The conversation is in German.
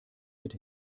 mit